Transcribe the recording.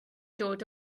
dod